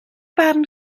barn